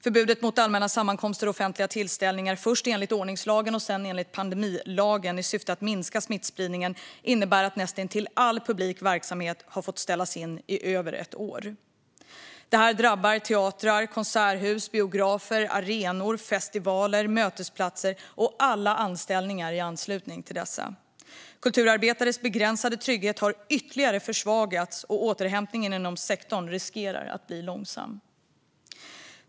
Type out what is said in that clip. Förbudet mot allmänna sammankomster och offentliga tillställningar först enligt ordningslagen och sedan enligt pandemilagen i syfte att minska smittspridningen innebär att näst intill all publik verksamhet har fått ställas in i över ett år. Det här drabbar teatrar, konserthus, biografer, arenor, festivaler, mötesplatser och alla anställningar i anslutning till dessa. Kulturarbetares begränsade trygghet har ytterligare försvagats, och återhämtningen inom sektorn riskerar att bli långsam.